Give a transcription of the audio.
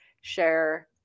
share